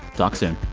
talk soon